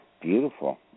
beautiful